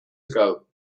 ago